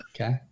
Okay